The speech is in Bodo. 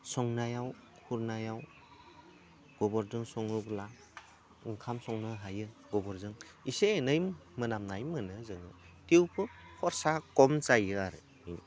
संनायाव खुरनायाव गोबोरदो सङोब्ला ओंखाम संनो हायो गोबोरजों एसे एनै मोनामनाय मोनो जोङो थेवबो खरसा खम जायो आरो बेयो